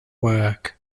work